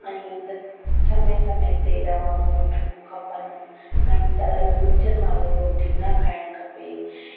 ऐं त समय समय ते दवाऊं वठिणियूं खपनि ऐं तरियल मिर्चनि वारो रोटी न खाइणु खपे